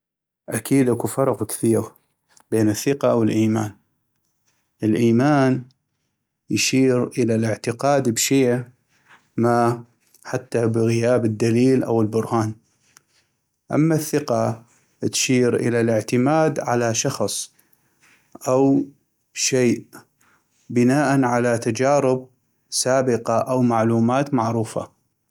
اكيد اكو فرق كثيغ بين الثقة والايمان الايمان يشير إلى الاعتقاد بشي ما حتى بغياب الدليل أو البرهان. اما الثقة تشير إلى الاعتماد على شخص أو شي بناءا على تجارب سابقة أو معلومات معروفة